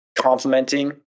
complementing